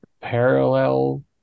parallel